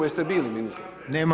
Jeste bili ministar?